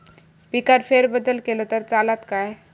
पिकात फेरबदल केलो तर चालत काय?